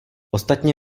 ostatně